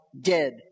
dead